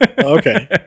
okay